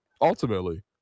ultimately